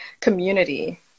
community